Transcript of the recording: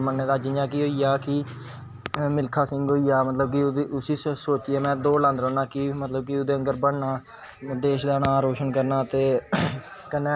इन्ना जादा पसंद आना शुरु होई गेई पेंटिंग क्योंकि एह् हर कुसे गी पसंद ते आंदी नी लेकिन मिगी इन्नी पसंद आना शुरु होई गेई में इन्ने तरे तरे दे रंग पानी आह्ले रंग